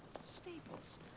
Staples